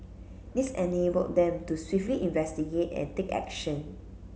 this enabled them to swiftly investigate and take action